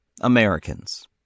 Americans